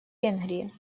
венгрии